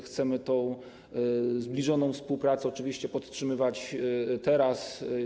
Chcemy tę zbliżoną współpracę oczywiście podtrzymywać teraz.